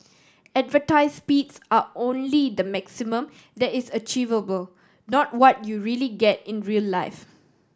advertise speeds are only the maximum that is achievable not what you really get in real life